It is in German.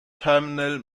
terminal